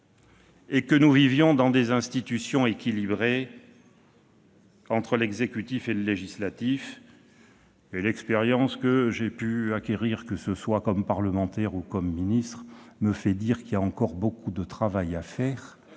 faut que nous vivions dans des institutions équilibrées entre l'exécutif et le législatif. L'expérience que j'ai pu acquérir, comme parlementaire ou comme ministre, me fait dire qu'il y a encore beaucoup de travail à faire